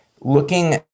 looking